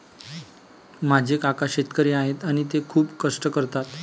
माझे काका शेतकरी आहेत आणि ते खूप कष्ट करतात